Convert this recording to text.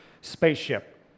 spaceship